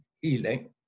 healing